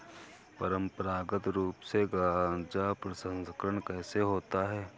परंपरागत रूप से गाजा प्रसंस्करण कैसे होता है?